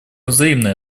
взаимное